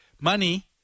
money